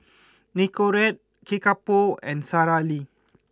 Nicorette Kickapoo and Sara Lee